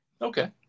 Okay